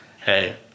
Hey